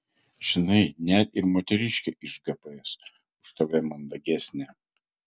žinai net ir moteriškė iš gps už tave mandagesnė